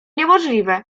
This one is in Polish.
niemożliwe